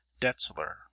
detzler